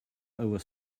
over